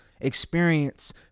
experience